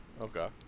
Okay